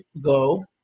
go